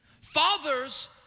Fathers